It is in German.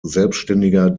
selbständiger